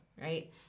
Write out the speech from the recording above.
right